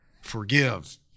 forgive